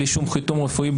בלי חיתום רפואי,